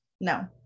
no